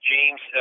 James